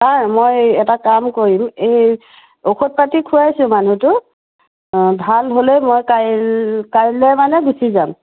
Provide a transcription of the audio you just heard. sir মই এটা কাম কৰিম এই ঔষধ পাতি খুৱাইছোঁ মানুহটোক অঁ ভাল হ'লেই মই কাইল্ কাইলৈ মানে গুচি যাম